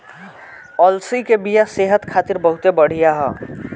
अलसी के बिया सेहत खातिर बहुते बढ़िया ह